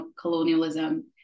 colonialism